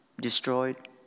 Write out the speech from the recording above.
destroyed